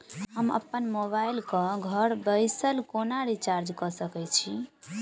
हम अप्पन मोबाइल कऽ घर बैसल कोना रिचार्ज कऽ सकय छी?